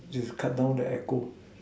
just cut down the echo